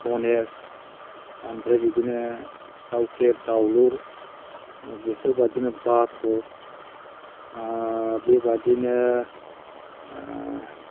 धनेस आमफ्राय बिदिनो दाउ थेब दाउलुर ओ बेफोरबादिनो बाथ' ओ बेबादिनो ओ